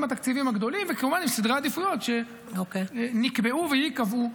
עם התקציבים הגדולים וכמובן עם סדרי עדיפויות שנקבעו וייקבעו,